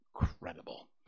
incredible